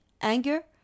Anger